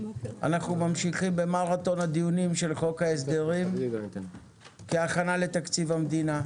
אנחנו ממשיכים במרתון הדיונים של חוק ההסדרים כהכנה לתקציב המדינה.